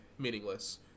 meaningless